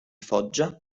foggia